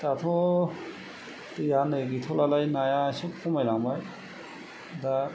दाथ' दैया नै गैथ'लालाय नाया एसे खमायलांबाय दा